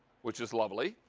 which is lovely.